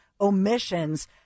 omissions